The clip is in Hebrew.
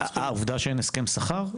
העובדה שאין הסכם שכר?